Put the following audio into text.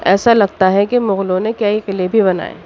ایسا لگتا ہے کہ مغلوں نے کئی قلعے بھی بنائے